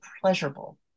pleasurable